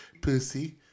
pussy